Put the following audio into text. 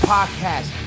Podcast